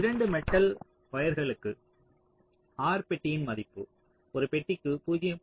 2 metal வயர்களுக்கு R பெட்டியின் மதிப்பு ஒரு பெட்டிக்கு 0